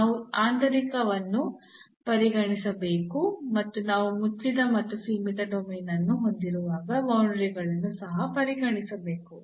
ನಾವು ಆಂತರಿಕವನ್ನು ಪರಿಗಣಿಸಬೇಕು ಮತ್ತು ನಾವು ಮುಚ್ಚಿದ ಮತ್ತು ಸೀಮಿತ ಡೊಮೇನ್ ಅನ್ನು ಹೊಂದಿರುವಾಗ ಬೌಂಡರಿಗಳನ್ನು ಸಹ ಪರಿಗಣಿಸಬೇಕು